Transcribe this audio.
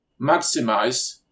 maximize